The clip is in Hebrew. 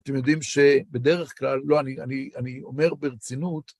אתם יודעים שבדרך כלל, לא, אני אומר ברצינות,